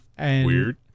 weird